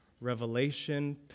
Revelation